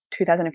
2015